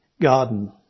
Garden